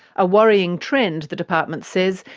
a worrying trend, the department says,